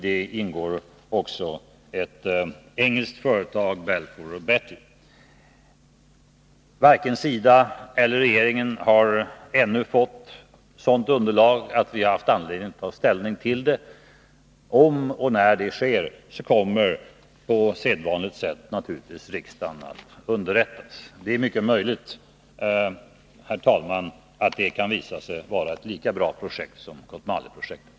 Däri ingår också ett engelskt företag, Balfour & Battle. Varken SIDA eller regeringen har ännu fått sådant underlag att vi har haft anledning att ta ställning till projektet. Om och när det sker, kommer naturligtvis på sedvanligt sätt riksdagen att underrättas. Det är mycket möjligt, herr talman, att det kan visa sig vara ett lika bra projekt som Kotmaleprojektet.